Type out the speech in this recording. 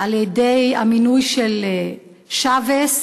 על-ידי המינוי של שייבס,